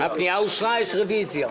הפנייה אושרה, יש רוויזיה.